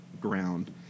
ground